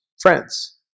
friends